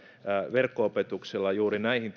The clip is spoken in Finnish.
verkko opetuksella voisi olla juuri näihin